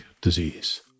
disease